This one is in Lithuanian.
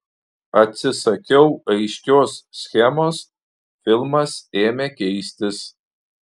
atsisakiau aiškios schemos filmas ėmė keistis